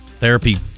therapy